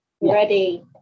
ready